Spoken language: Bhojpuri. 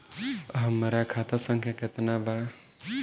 हमरा खाता संख्या केतना बा?